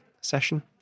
session